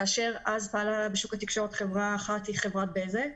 כאשר אז פעלה בשוק התקשורת חברה אחת, חברת בזק,